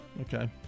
Okay